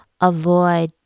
avoid